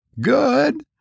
Good